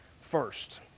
first